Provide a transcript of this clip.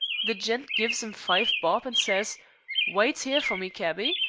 the gent gives im five bob and says wite ere for me, cabby.